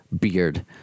beard